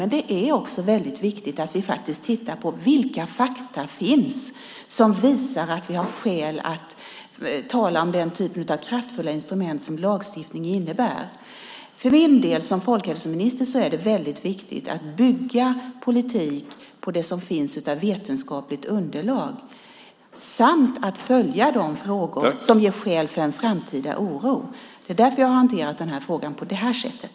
Men det är också väldigt viktigt att vi tittar på vilka fakta som finns som visar att vi har skäl att tala om den typen av kraftfulla instrument som lagstiftning innebär. För min del som folkhälsominister är det väldigt viktigt att bygga politik på det som finns av vetenskapligt underlag samt att följa de frågor som ger skäl för en framtida oro. Det är därför jag har hanterat frågan på det här sättet.